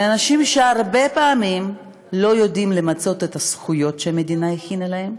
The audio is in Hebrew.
על אנשים שהרבה פעמים לא יודעים למצות את הזכויות שהמדינה נתנה להם.